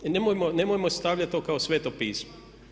Nemojmo stavljat to kao sveto pismo.